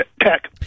Tech